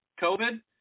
COVID